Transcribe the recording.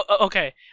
okay